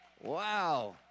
Wow